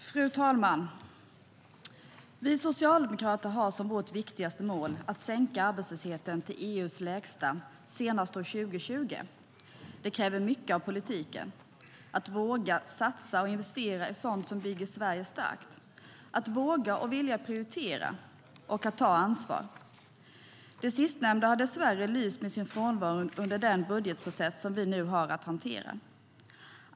Fru talman! Vi socialdemokrater har som vårt viktigaste mål att sänka arbetslösheten till EU:s lägsta senast år 2020. Det kräver mycket av politiken: att våga satsa och investera i sådant som bygger Sverige starkt, att våga och vilja prioritera och att ta ansvar. Det sistnämnda har dessvärre lyst med sin frånvaro under den budgetprocess vi nu har att hantera.